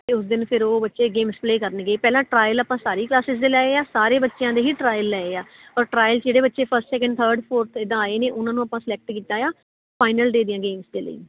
ਉਸ ਦਿਨ ਫਿਰ ਉਹ ਬੱਚੇ ਗੇਮਸ ਪਲੇ ਕਰਨਗੇ ਪਹਿਲਾਂ ਟਰਾਇਲ ਆਪਾਂ ਸਾਰੀ ਕਲਾਸਿਸ ਦੇ ਲਏ ਆ ਸਾਰੇ ਬੱਚਿਆਂ ਦੇ ਹੀ ਟਰਾਇਲ ਲਏ ਆ ਔਰ ਟਰਾਇਲ ਕਿਹੜੇ ਬੱਚੇ ਫਸਟ ਸੈਕੰਡ ਥਰਡ ਫੋਰਥ ਇੱਦਾਂ ਆਏ ਨੇ ਉਹਨਾਂ ਨੂੰ ਆਪਾਂ ਸਲੈਕਟ ਕੀਤਾ ਆ ਫਾਈਨਲ ਦੇ ਦਿਆਂਗੇ ਦੇ ਲਈ